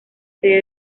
sede